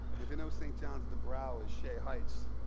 if you know st. john's the brough is shea heights.